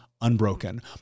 Unbroken